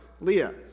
Leah